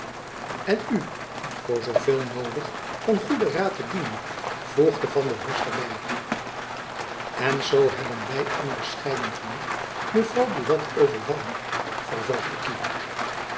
en u voor zooveel noodig van goeden raad te dienen voegde van der horst er by en zoo hebben wy onbescheiden genoeg mevrouw buat overvallen vervolgde kievit